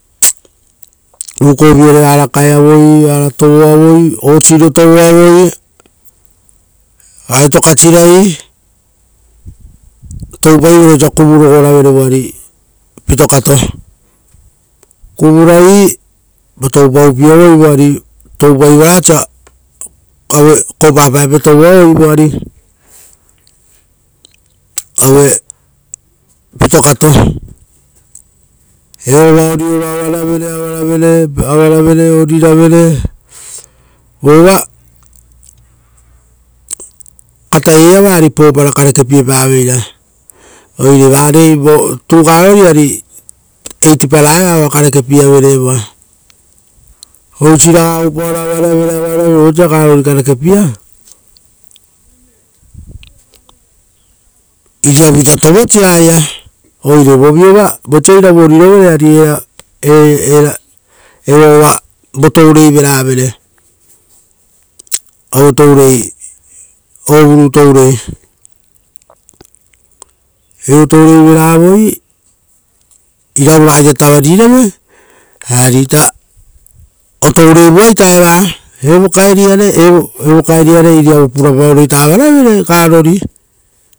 Ukovi iare vara kaeavoi, vara tovoavoi, uuko ivupairo tovoavoi, etokasirai, toupaivoi oso kuvurogo rave voari pitokava, kuvurai, votou paupieavoi voari, uva toupaivora osa oirovuita tovoavoi voari aue pitokato, evoava orioro avaravere, avaravere, oriravere vova katai-ia-iava ari vorusura karepiepa-veira oire votourei iava ari voresura vatara eva oa karekepieavere evoa. Oisi raga oupaoro avaravere-avaravere, ra vosa agaisitou rutu karekepiea, ra iria vuita tovoa aia, oire voviova vosa oira sipoavere ari evoava votourei veravere. Evotourei veravoi, ra vosa iravuita tavarivere ari otoureivuaita evarei. Eisi raga re iriavuita puravere.